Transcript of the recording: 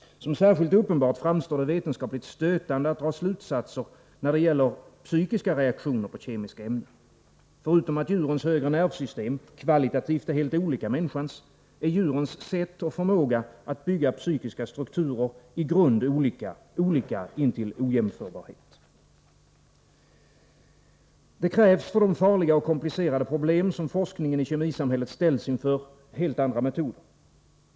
Som särskilt uppenbart framstår det vetenskapligt stötande i att dra slutsatser när det gäller psykiska reaktioner på kemiska ämnen. Förutom att djurens högre nervsystem kvalitativt sett är helt olika människans är djurens sätt och förmåga att bygga psykiska strukturer i grunden olika — olika intill ojämförbarhet. Det krävs, för de farliga och komplicerade problem som forskningen i kemisamhället ställs inför, helt andra metoder.